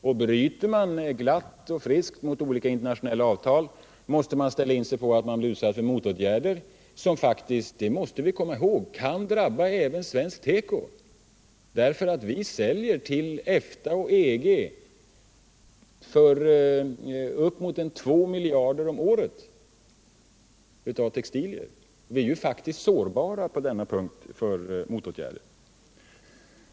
Och bryter man glatt och friskt mot olika internationella avtal måste man ställa in sig på att man blir utsatt för motåtgärder som — det måste vi komma ihåg — kan drabba även svensk tekoindustri, därför att vi säljer textilier till EFTA och EG för upp mot 2 miljarder om året. Vi är ju faktiskt sårbara för motåtgärder på denna punkt.